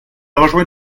rejoins